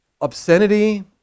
obscenity